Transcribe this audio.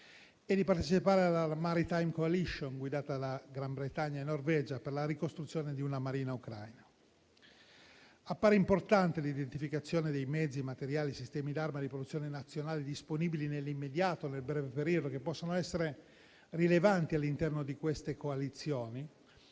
*cyber*, e alla *maritime coalition*, guidata da Gran Bretagna e Norvegia, per la ricostruzione di una marina ucraina. Appare importante l'identificazione di mezzi, materiali e sistemi d'arma di produzione nazionale, disponibili nell'immediato e nel breve periodo, che possano essere rilevanti all'interno di queste coalizioni